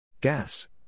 GAS